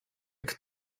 jak